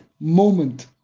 moment